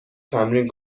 تمرین